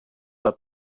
that